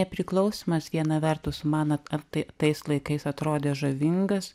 nepriklausomas viena vertus manot ar tai tais laikais atrodė žavingas